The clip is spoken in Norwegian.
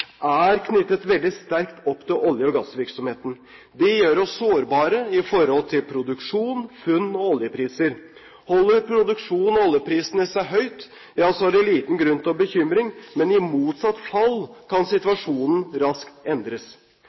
er knyttet veldig sterkt opp mot olje- og gassvirksomheten. Det gjør oss sårbare når det gjelder produksjon, funn og oljepriser. Holder produksjonen og oljeprisene seg høyt, er det liten grunn til bekymring, men i motsatt fall kan situasjonen raskt endres.